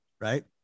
right